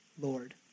Lord